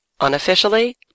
Unofficially